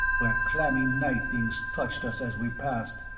where clammy night things touched us as we passed,